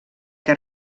que